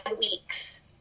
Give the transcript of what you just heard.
weeks